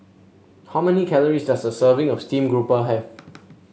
how many calories does a serving of Steamed Garoupa have